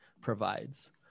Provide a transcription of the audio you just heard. provides